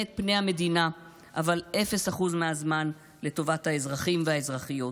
את פני המדינה אבל אפס אחוז מהזמן לטובת האזרחים והאזרחיות,